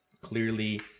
clearly